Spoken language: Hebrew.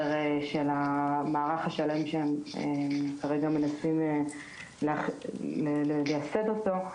של המערך השלם שכרגע מנסים לייסד אותו,